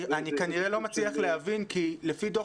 אני כנראה לא מצליח להבין כי לפי דוח